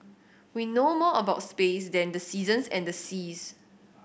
we know more about space than the seasons and the seas